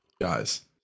guys